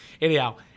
Anyhow